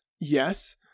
yes